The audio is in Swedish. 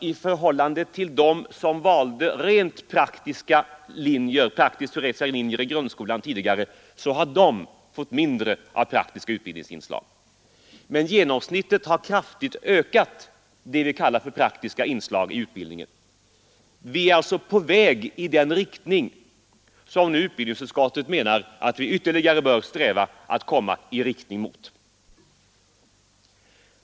I förhållande till dem som tidigare valde rent praktiska linjer i grundskolan får naturligtvis de nuvarande eleverna mindre av praktiskt utbildningsinslag, men det vi kallar praktiska inslag i utbildningen har genomsnittligt kraftigt ökat. Vi är alltså på väg i den riktning som utbildningsutskottet menar att vi ytterligare bör sträva att komma framåt i.